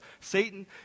Satan